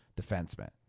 defenseman